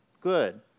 good